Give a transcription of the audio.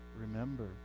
remember